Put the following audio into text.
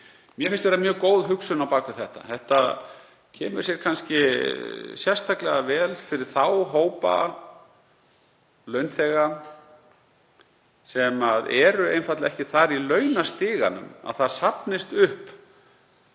Mér finnst vera mjög góð hugsun á bak við þetta. Þetta kemur sér sérstaklega vel fyrir þá hópa launþega sem eru einfaldlega ekki þar í launastiganum að það safnist upp